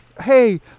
hey